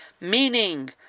Meaning